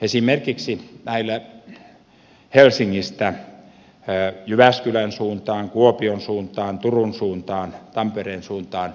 esimerkiksi nämä helsingistä jyväskylän suuntaan kuopion suuntaan turun suuntaan tampereen suuntaan